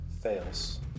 fails